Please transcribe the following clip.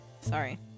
Sorry